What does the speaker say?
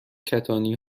کتانی